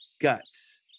guts